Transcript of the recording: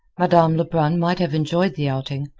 madame lebrun might have enjoyed the outing,